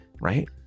right